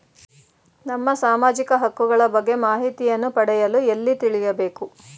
ನಮ್ಮ ಸಾಮಾಜಿಕ ಹಕ್ಕುಗಳ ಬಗ್ಗೆ ಮಾಹಿತಿಯನ್ನು ಪಡೆಯಲು ಎಲ್ಲಿ ತಿಳಿಯಬೇಕು?